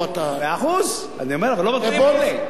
פה אתה, מאה אחוז, אני אומר, אבל לא בדברים האלה.